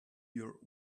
your